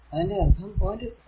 അതിന്റെ അർഥം 0